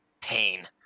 pain